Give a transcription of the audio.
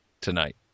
tonight